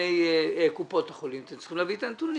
ובפני קופות החולים את הנתונים.